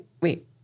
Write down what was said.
wait